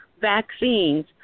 vaccines